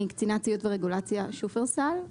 קצינת ציות ורגולציה בשופרסל.